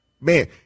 man